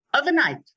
Overnight